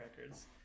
records